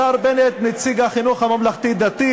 השר בנט הוא נציג החינוך הממלכתי-דתי,